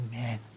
amen